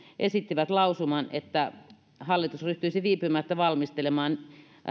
esittivät lausuman että hallitus ryhtyisi viipymättä valmistelemaan